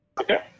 Okay